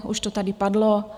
Už to tady padlo.